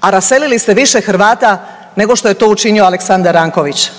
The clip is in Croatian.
a raselili ste više Hrvata nego što je to učinio Aleksandar Ranković.